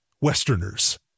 Westerners